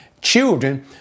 Children